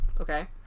Okay